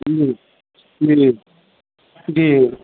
उम्हरो उड़ि गेल डीईओ